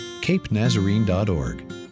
capenazarene.org